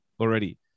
already